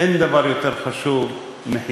אין דבר יותר חשוב מחינוך.